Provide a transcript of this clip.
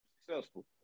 successful